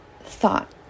thought